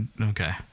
Okay